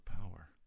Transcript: power